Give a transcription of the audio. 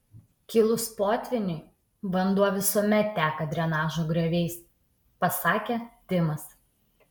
kilus potvyniui vanduo visuomet teka drenažo grioviais pasakė timas